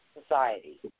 society